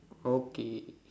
okay